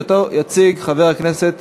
שאותה יציג חבר הכנסת